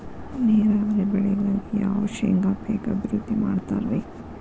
ನೇರಾವರಿ ಬೆಳೆಗಾಗಿ ಯಾವ ಶೇಂಗಾ ಪೇಕ್ ಅಭಿವೃದ್ಧಿ ಮಾಡತಾರ ರಿ?